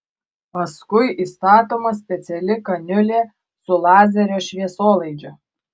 paskui įstatoma speciali kaniulė su lazerio šviesolaidžiu